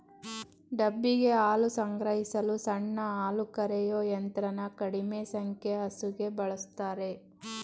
ಡಬ್ಬಿಗೆ ಹಾಲು ಸಂಗ್ರಹಿಸಲು ಸಣ್ಣ ಹಾಲುಕರೆಯೋ ಯಂತ್ರನ ಕಡಿಮೆ ಸಂಖ್ಯೆ ಹಸುಗೆ ಬಳುಸ್ತಾರೆ